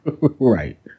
Right